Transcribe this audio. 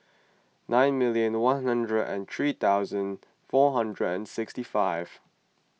nine million one hundred and three thousand four hundred and sixty five